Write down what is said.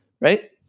right